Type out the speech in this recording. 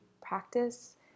practice